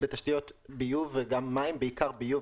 בתשתיות ביוב וגם מים, בעיקר ביוב.